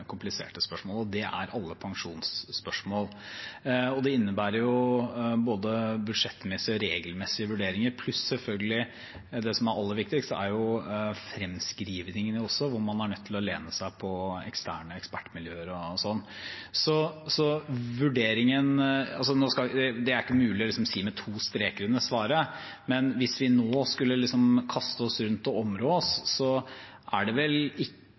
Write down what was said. kompliserte spørsmål, og det er alle pensjonsspørsmål. Det innebærer jo både budsjettmessige og regelmessige vurderinger pluss selvfølgelig det som jo er aller viktigst, fremskrivningene, der man er nødt til å lene seg på eksterne ekspertmiljøer osv. Det er ikke mulig å sette to streker under svaret, men hvis vi nå skulle kaste oss rundt og områ oss, så er det vel